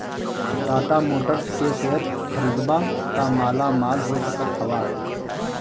Tata Motors के share खरीदबअ त मालामाल हो सकत हवअ